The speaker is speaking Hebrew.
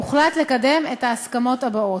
הוחלט לקדם את ההסכמות האלה: